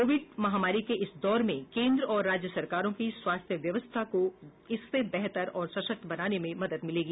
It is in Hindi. कोविड महामारी के इस दौर में केन्द्र और राज्य सरकारों की स्वास्थ्य क्यवस्था को इससे बेहतर और सशक्त बनाने में मदद मिलेगी